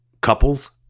couples